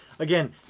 Again